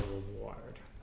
reward